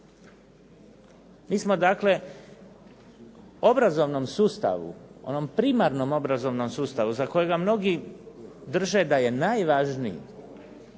Mi smo dakle obrazovnom sustavu, onom primarnom obrazovnom sustavu za kojega mnogi drže da je najvažniji